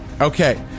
Okay